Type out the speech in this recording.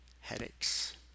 headaches